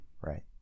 right